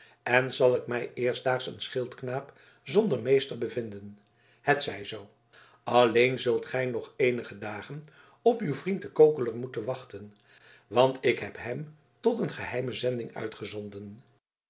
en zal ik mij eerstdaags een schildknaap zonder meester bevinden het zij zoo alleen zult gij nog eenige dagen op uw vriend den kokeler moeten wachten want ik heb hem tot een geheime zending uitgezonden